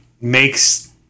makes